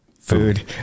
food